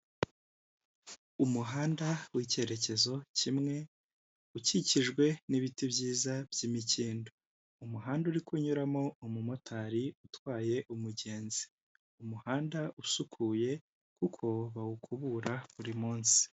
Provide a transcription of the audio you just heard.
Umuhanda w'icyerekezo kimwe ukikijwe n'ibiti byiza by'imikindo. Umuhanda uri kunyuramo umumotari utwaye umugenzi. Umuhanda usukuye kuko bawukubura buri munsi.